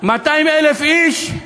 200,000 איש,